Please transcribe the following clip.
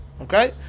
okay